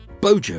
Bojo